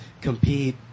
compete